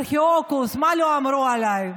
אנטיוכוס, מה לא אמרו עליי?